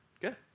Good